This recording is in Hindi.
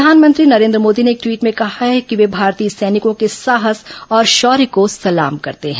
प्रधानमंत्री नरेन्द्र मोदी ने एक ट्वीट में कहा है कि वे भारतीय सैनिकों के साहस और शौर्य को सलाम करते हैं